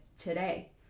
today